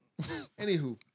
Anywho